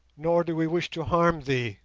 nor do we wish to harm thee,